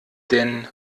denn